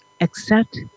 accept